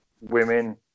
women